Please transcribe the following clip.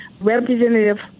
Representative